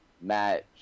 match